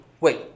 wait